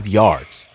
yards